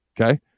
Okay